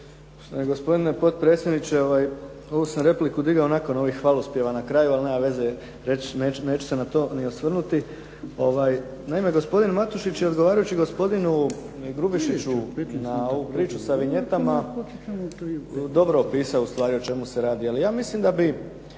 gospodine potpredsjedniče. Ovu sam repliku digao nakon ovih hvalospjeva na kraju, ali nema veze neću se na to ni osvrnuti. Naime, gospodin Matušić je odgovarajući gospodinu Grubišiću na ovu priču sa vinjetama, dobro opisao o čemu se u